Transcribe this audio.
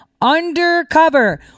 undercover